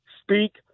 speak